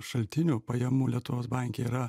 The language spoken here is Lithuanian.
šaltinių pajamų lietuvos banke yra